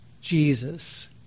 Jesus